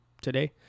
today